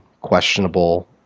questionable